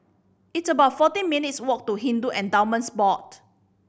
it's about fourteen minutes' walk to Hindu Endowments Board